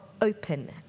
open